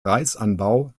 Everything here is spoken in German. reisanbau